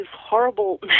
horrible